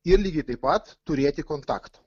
ir lygiai taip pat turėti kontaktą